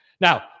Now